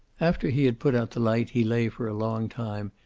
after he had put out the light he lay for a long time,